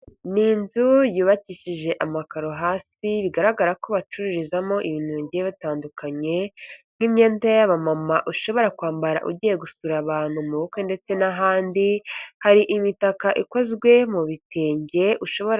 Ni inzu yubakishije amakaro hasi, bigaragara ko bacururizamo ibintu bigiye bitandukanye, N'imyenda y'aba mama ushobora kwambara ugiye gusura abantu mu bukwe ndetse n'ahandi, hari imitaka ikozwe mu bitenge.